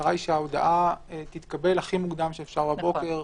המטרה שההודעה תתקבל הכי מוקדם שאפשר בבוקר,